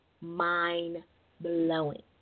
mind-blowing